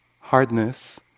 hardness